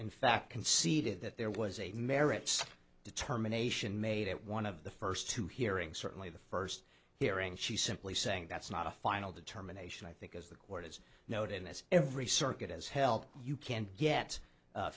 in fact conceded that there was a merits determination made at one of the first two hearings certainly the first hearing she simply saying that's not a final determination i think as the court has noted that every circuit as hell you can't get